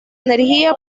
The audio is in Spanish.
energía